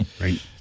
Right